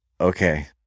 okay